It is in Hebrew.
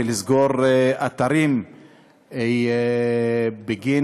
ולסגור אתרים בגין